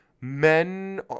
men